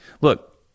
Look